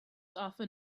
often